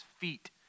feet